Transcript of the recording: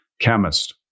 chemist